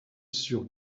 sur